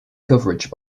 coverage